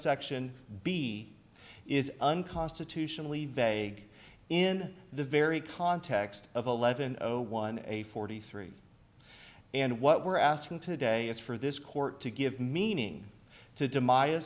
section b is unconstitutionally vague in the very context of eleven zero one a forty three and what we're asking today is for this court to give meaning to demise